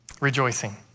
rejoicing